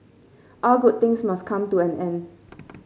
all good things must come to an end